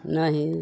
नहि